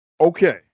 Okay